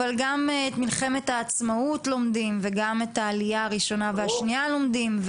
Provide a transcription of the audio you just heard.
אבל גם את מלחמת העצמאות לומדים וגם את העלייה הראשונה והשנייה לומדים,